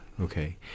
Okay